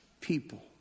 people